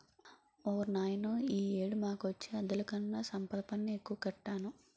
ఓర్నాయనో ఈ ఏడు మాకొచ్చే అద్దెలుకన్నా సంపద పన్నే ఎక్కువ కట్టాను